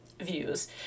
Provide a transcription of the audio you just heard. views